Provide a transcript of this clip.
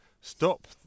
Stop